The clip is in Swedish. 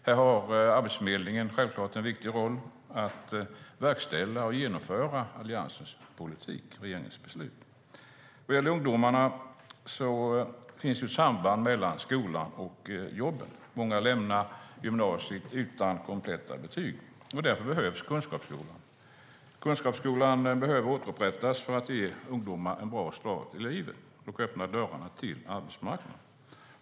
Här har Arbetsförmedlingen självfallet en viktig roll att verkställa och genomföra Alliansens politik och regeringsbeslut. Vad gäller ungdomar finns ett samband mellan skolan och jobben. Många lämnar gymnasiet utan kompletta betyg. Därför behövs kunskapsskolan. Den behöver återupprättas för att ge ungdomar en bra start i livet och för att öppna dörrarna till arbetsmarknaden.